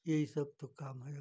यही सब तो काम है हमारा